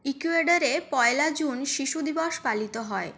Ecuador এ পয়লা June শিশু দিবস পালিত হয়